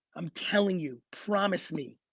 i'm telling you promise me,